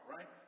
Right